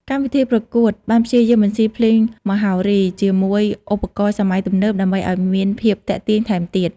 កម្មវិធីប្រកួតបានព្យាយាមបន្ស៊ីភ្លេងមហោរីជាមួយឧបករណ៍សម័យទំនើបដើម្បីឲ្យមានភាពទាក់ទាញថែមទៀត។